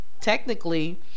Technically